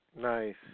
Nice